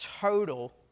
total